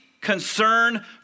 concern